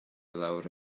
lawr